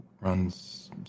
runs